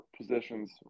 positions